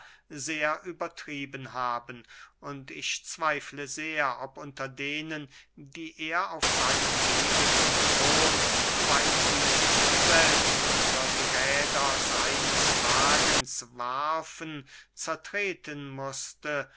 sehr übertrieben haben und ich zweifle sehr ob unter denen die er auf seinem wege zum thron weil sie sich selbst unter die räder seines wagens warfen zertreten mußte